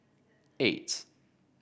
eight